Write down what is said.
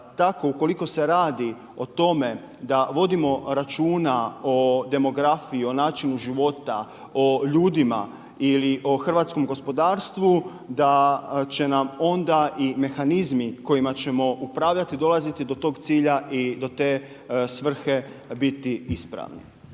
ukoliko se radi o tome da vodimo računa o demografiji, načinu života, o ljudima ili o hrvatskom gospodarstvu, da će nam onda i mehanizmi kojima ćemo upravljati dolaziti do tog cilja i do te svrhe biti ispravni.